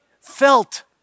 felt